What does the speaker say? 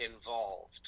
involved